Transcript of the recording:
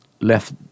left